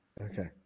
Okay